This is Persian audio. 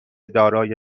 دارای